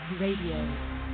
Radio